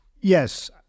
Yes